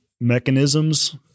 mechanisms